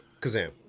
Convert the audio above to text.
Kazam